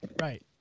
Right